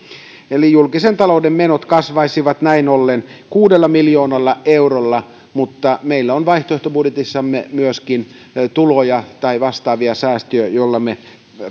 eli julkisen talouden menot kasvaisivat näin ollen kuudella miljoonalla eurolla mutta meillä on vaihtoehtobudjetissamme myöskin tuloja tai vastaavia säästöjä joilla me